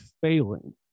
failing